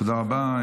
תודה רבה.